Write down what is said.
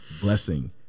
blessing